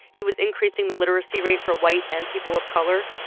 he was increasing the literacy rate for white and people of color.